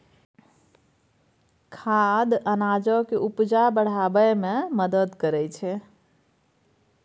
खाद अनाजक उपजा बढ़ाबै मे मदद करय छै